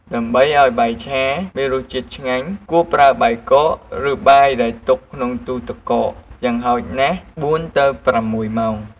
ដើម្បីឱ្យបាយឆាមានរសជាតិឆ្ងាញ់ គួរប្រើបាយកក ឬ បាយដែលទុកក្នុងទូទឹកកកយ៉ាងហោចណាស់ ៤ ទៅ ៦ ម៉ោង។